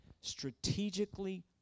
strategically